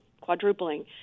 quadrupling